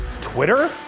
Twitter